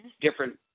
different